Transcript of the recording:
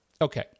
Okay